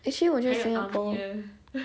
actually 我觉得 singapore